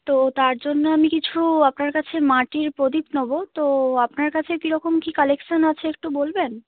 তো তার জন্য আমি কিছু আপনার কাছে মাটির প্রদীপ নেব তো আপনার কাছে কী রকম কী কালেকশন আছে একটু বলবেন